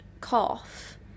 cough